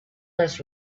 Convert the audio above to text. less